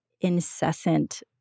incessant